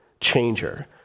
changer